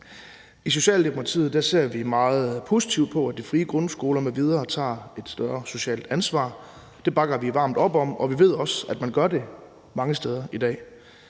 I Socialdemokratiet ser vi meget positivt på, at de frie grundskoler m.v. tager et større socialt ansvar. Det bakker vi varmt op om, og vi ved også, at man gør det mange steder i dag.